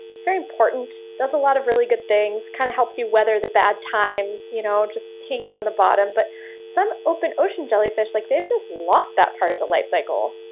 it's very important, does a lot of really good things. kind of helps you weather the bad times, you know, just hanging out in the bottom. but some open ocean jellyfish, like they've just lost that part of the life cycle.